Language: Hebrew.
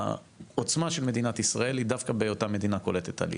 והעוצמה של מדינת ישראל היא דווקא בהיותה מדינה קולטת עלייה,